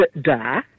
da